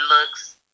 looks